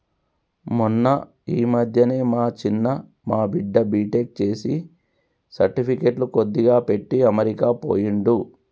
మొన్న ఈ మధ్యనే మా చిన్న మా బిడ్డ బీటెక్ చేసి సర్టిఫికెట్లు కొద్దిగా పెట్టి అమెరికా పోయిండు